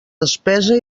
despesa